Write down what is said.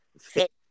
fit